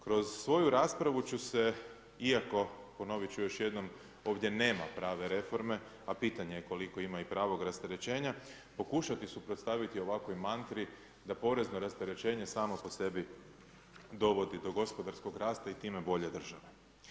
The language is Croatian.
Kroz svoju raspravu ću se, iako, ponovit ću još jednom, ovdje nema prave reforme, a pitanje je koliko ima i pravog rasterećenja, pokušati suprotstaviti ovakvoj mantri da porezno rasterećenje samo po sebi dovodi do gospodarskog rasta i time bolje države.